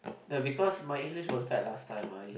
no because my English was bad last time my